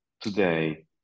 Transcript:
today